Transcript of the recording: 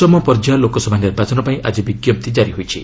ପଞ୍ଚମ ପର୍ଯ୍ୟାୟ ଲୋକସଭା ନିର୍ବାଚନ ପାଇଁ ଆଜି ବିଜ୍ଞପ୍ତି କାରି ହୋଇଛି